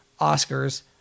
Oscars